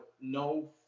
no